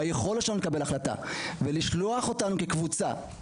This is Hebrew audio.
ביכולת שלנו לקבל החלטה ולשלוח אותנו כקבוצה,